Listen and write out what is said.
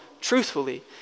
truthfully